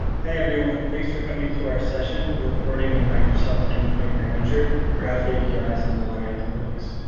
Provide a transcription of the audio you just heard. hi everyone. thanks for coming to our session, reporting in microsoft endpoint manager, graph api's and log analytics.